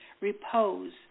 repose